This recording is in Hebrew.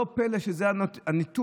לא פלא שזה הניתוק.